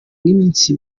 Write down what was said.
nk’iminsi